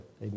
Amen